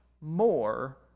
more